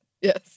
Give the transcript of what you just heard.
yes